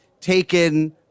taken